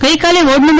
ગઈકાલે વોર્ડ નં